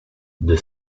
the